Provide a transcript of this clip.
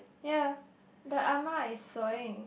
ya the ah ma is sewing